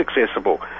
accessible